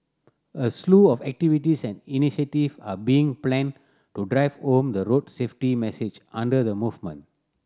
a slew of activities and initiative are being planned to drive home the road safety message under the movement